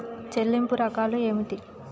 చెల్లింపు రకాలు ఏమిటి?